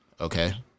okay